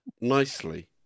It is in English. nicely